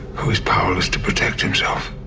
who is powerless to protect himself